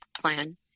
plan